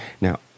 Now